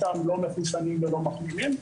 אותם לא מחוסנים ולא מחלימים,